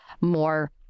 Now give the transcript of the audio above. more